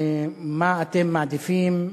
מה אתם מעדיפים,